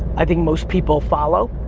i think most people follow,